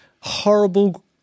horrible